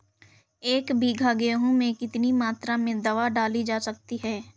एक बीघा गेहूँ में कितनी मात्रा में दवा डाली जा सकती है?